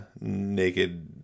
naked